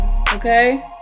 Okay